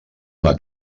una